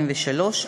183),